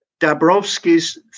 Dabrowski's